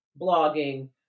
blogging